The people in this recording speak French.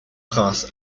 prince